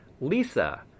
Lisa